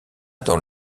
dans